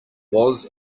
was